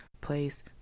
place